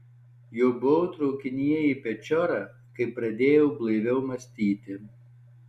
jau buvau traukinyje į pečiorą kai pradėjau blaiviau mąstyti